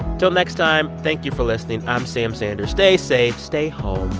till next time, thank you for listening. i'm sam sanders. stay safe. stay home.